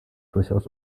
durchaus